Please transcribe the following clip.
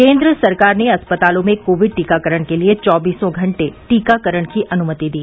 केंद्र सरकार ने अस्पतालों में कोविड टीकाकरण के लिए चौबीसों घंटे टीकाकरण की अनुमति दी